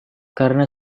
karena